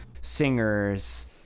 singers